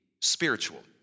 spiritual